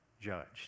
judged